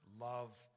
love